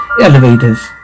Elevators